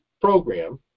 program